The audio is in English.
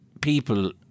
people